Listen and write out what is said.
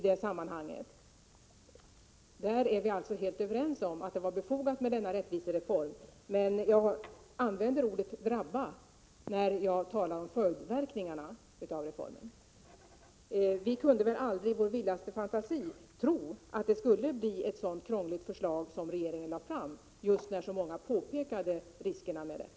Vi är alltså helt överens om att en rättvisereform var befogad, men jag använder ordet ”drabba” när jag talar om följdverkningarna av reformen. Vi kunde väl aldrig i vår vildaste fantasi tro att regeringens förslag skulle bli så krångligt, eftersom det var många som pekade på riskerna med det.